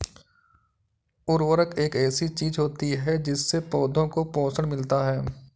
उर्वरक एक ऐसी चीज होती है जिससे पौधों को पोषण मिलता है